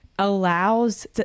allows